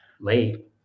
late